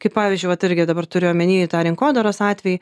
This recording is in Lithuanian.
kaip pavyzdžiui vat irgi dabar turiu omeny tą rinkodaros atvejį